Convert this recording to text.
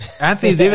Anthony